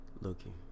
looking